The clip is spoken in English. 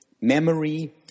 memory